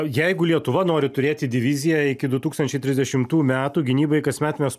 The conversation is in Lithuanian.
jeigu lietuva nori turėti diviziją iki du tūkstančiai trisdešimtų metų gynybai kasmet mes